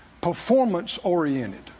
performance-oriented